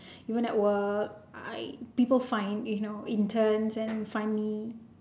even at work I people find you know interns and find me